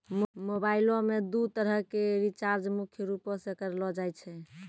मोबाइलो मे दू तरह के रीचार्ज मुख्य रूपो से करलो जाय छै